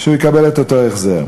שהוא יקבל את אותו החזר.